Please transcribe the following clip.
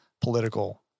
political